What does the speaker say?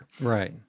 Right